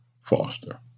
Foster